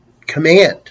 command